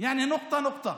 כלומר טיפה-טיפה.)